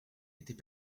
était